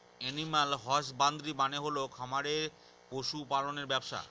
animal husbandry মানে হল খামারে পশু পালনের ব্যবসা